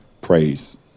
praise